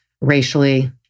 racially